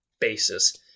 basis